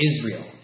Israel